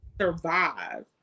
Survive